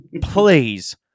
please